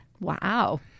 Wow